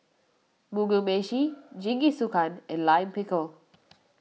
Mugi Meshi Jingisukan and Lime Pickle